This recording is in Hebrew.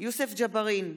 יוסף ג'בארין,